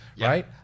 Right